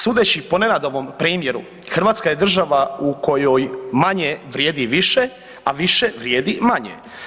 Sudeći po Nenadovom primjeru Hrvatska je država u kojoj manje vrijedi više, a više vrijedi manje.